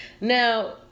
Now